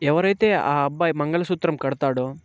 ఎవరైతే ఆ అబ్బాయి మంగళసూత్రం కడతాడో